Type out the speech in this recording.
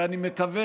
ואני מקווה,